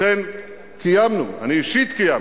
ובכן קיימנו, אני אישית קיימתי,